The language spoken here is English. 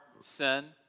sin